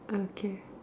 okay